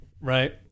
right